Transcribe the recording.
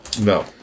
No